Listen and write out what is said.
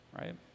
right